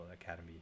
Academy